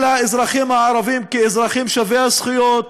האזרחים הערבים כאל אזרחים שווי זכויות